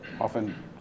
often